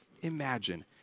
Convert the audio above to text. imagine